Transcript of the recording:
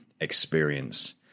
experience